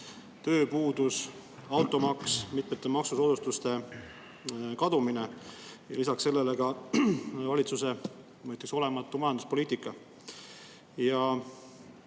tööpuudus, automaks, mitmete maksusoodustuste kadumine. Ja lisaks sellele ka valitsuse, ma ütleks, olematu majanduspoliitika.